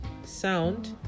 sound